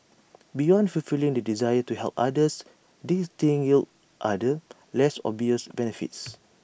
beyond fulfilling the desire to help others this stint yielded other less obvious benefits